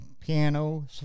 piano